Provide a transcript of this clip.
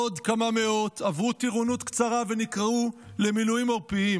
עוד כמה מאות עברו טירונות קצרה ונקראו למילואים עורפיים.